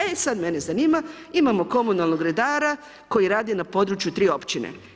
E sad mene zanima, imamo komunalnog redara koji radi na području 3 općine.